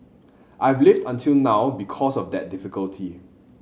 I've lived until now because of that difficulty